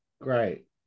Great